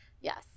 Yes